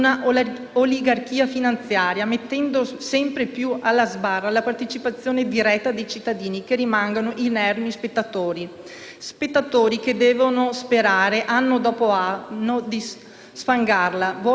spettatori che devono sperare, anno dopo anno, di sfangarla, vuoi a causa delle clausole di salvaguardia (il cui impatto è comunque soltanto leggermente ridotto), vuoi per l'incremento delle accise e simili.